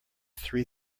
three